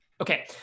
Okay